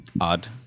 odd